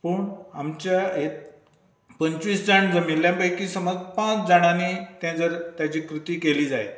पूण आमच्या हे पंचवीस जाण जमिल्ल्या पैकी समज पांच जांणानी तें जर तेजी कृती केली जायत